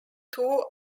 two